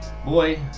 Boy